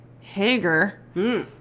Hager